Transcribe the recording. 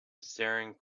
staring